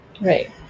Right